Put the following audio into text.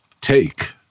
take